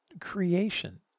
creation